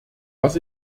was